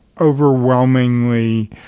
overwhelmingly